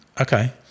Okay